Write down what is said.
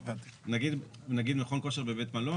נגיד מכון כושר בבית מלון,